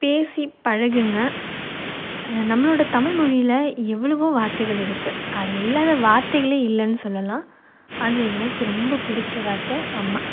பேசிப் பழகுங்கள் நம்மளோடய தமிழ்மொழியில் எவ்வளவோ வார்த்தைகள் இருக்குது அதில் இல்லாத வார்த்தைகளே இல்லைன்னு சொல்லலாம் அதில் எனக்கு ரொம்ப பிடிச்ச வார்த்தை அம்மா